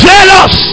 Jealous